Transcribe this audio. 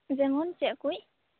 ᱡᱮᱢᱚᱱ ᱪᱮᱫ ᱠᱩᱡ